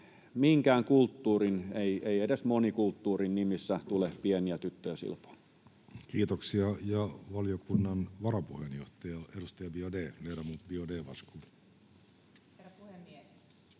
minkään kulttuurin, edes monikulttuurin, nimissä ei tule pieniä tyttöjä silpoa. Kiitoksia. — Ja valiokunnan varapuheenjohtaja, edustaja Biaudet, ledamot Biaudet,